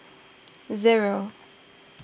zero